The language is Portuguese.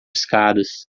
escadas